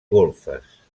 golfes